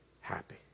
happy